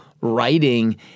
writing